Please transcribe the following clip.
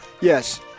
Yes